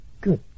Good